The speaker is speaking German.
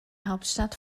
hauptstadt